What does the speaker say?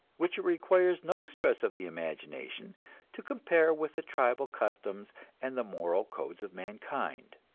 which it requires no stress of the imagination to compare with the tribal customs and the moral codes of mankind.